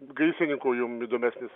gaisrininkų jum įdomesnis